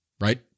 right